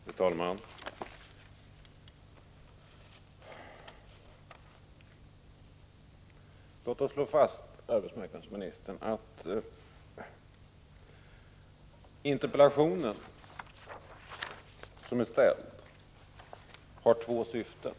Fru talman! Låt oss slå fast, arbetsmarknadsministern, att den interpellation som jag framställt har två syften.